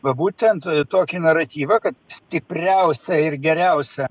būtent tokį naratyvą kad stipriausia ir geriausia